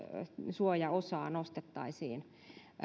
suojaosaa nostettaisiin